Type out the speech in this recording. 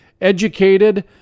educated